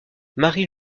marie